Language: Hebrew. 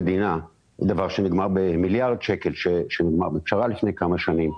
דבר שנגמר בפשרה של מיליארד שקל לפני כמה שנים.